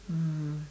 mm